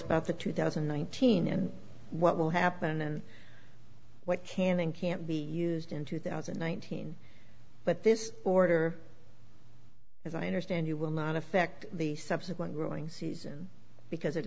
about the two thousand and nineteen and what will happen and what can and can't be used in two thousand and nineteen but this order as i understand you will not affect the subsequent growing season because it